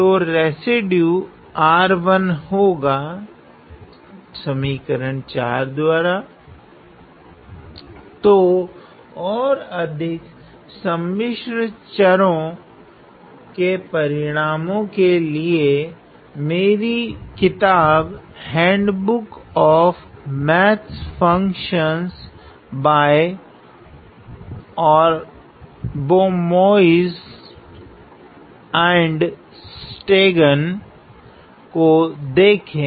तो residue R 1 होगा तो ओर अधिक सम्मिश्र चरो के परिणामो के लिए मेरी किताब handbook of math functions by Abramowitz and Stegun को देखे